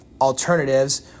alternatives